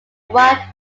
wide